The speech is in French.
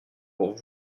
pour